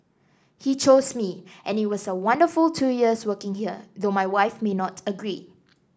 he chose me and it was a wonderful two years working here though my wife may not agree